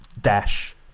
dash